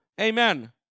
amen